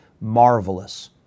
marvelous